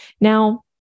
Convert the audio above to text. Now